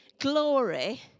Glory